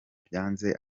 byanze